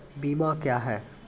बीमा क्या हैं?